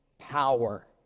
power